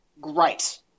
great